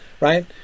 right